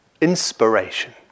inspiration